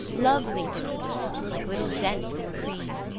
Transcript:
lovely dimples, like little dents in cream.